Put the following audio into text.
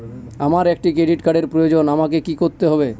আমার একটি ক্রেডিট কার্ডের প্রয়োজন আমাকে কি করতে হবে?